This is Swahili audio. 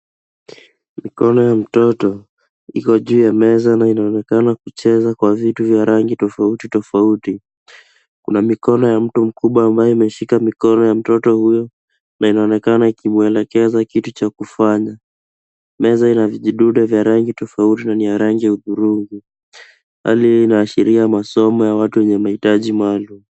Mikono ya mtoto iko juu ya meza na inaonekana kucheza kwa vitu vya rangi tofauti tofauti. Kuna mikono ya mtu mkubwa ambayo imeshika mikono ya mtoto huyo na inaonekana ikimwelekeza kitu cha kufanya.